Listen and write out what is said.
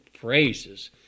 phrases